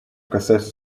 касается